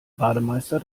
bademeister